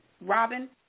Robin